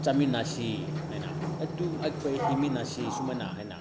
ꯆꯥꯃꯤꯟꯅꯁꯤ ꯍꯥꯏꯅ ꯑꯗꯨꯝ ꯑꯩꯈꯣꯏ ꯍꯤꯡꯃꯤꯟꯅꯁꯤ ꯁꯨꯃꯥꯏꯅ ꯍꯥꯏꯅ